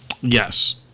Yes